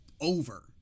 over